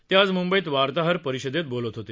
ते आज म्ंबईत वार्ताहर परिषदेत बोलत होते